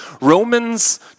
Romans